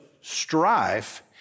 strife